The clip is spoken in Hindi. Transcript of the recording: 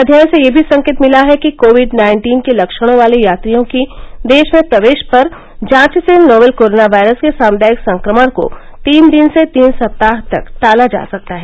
अध्ययन से यह भी संकेत मिला है कि कोविड नाइन्टीन के लक्षणों वाले यात्रियों की देश में प्रवेश पर जांच से नोवेल कोरोना वायरस के सामुदायिक संक्रमण को तीन दिन से तीन सप्ताह तक टाला जा सकता है